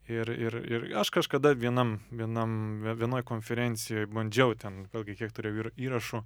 ir ir ir aš kažkada vienam vienam vienoj konferencijoj bandžiau ten vėlgi kiek turėjau ir įrašų